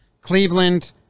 Cleveland